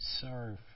serve